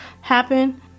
happen